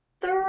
three